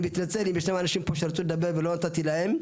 אני מתנצל אם ישנם אנשים פה שרצו לדבר ולא נתתי להם,